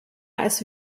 als